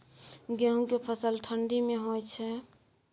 गेहूं के फसल ठंडी मे होय छै?